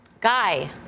Guy